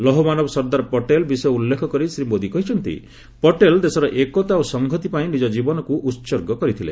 ଲୌହ ମାନବ ସର୍ଦ୍ଦାର ପଟେଲ୍ ବିଷୟ ଉଲ୍ଲେଖ କରି ଶ୍ରୀ ମୋଦି କହିଛନ୍ତି ପଟେଲ୍ ଦେଶର ଏକତା ଓ ସଂହତି ପାଇଁ ନିଜ ଜୀବନକୁ ଉହର୍ଗ କରିଥିଲେ